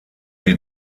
die